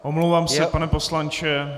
Omlouvám se, pane poslanče.